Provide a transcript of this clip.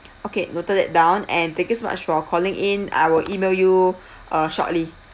okay noted that down and thank you so much for calling in I will email you uh shortly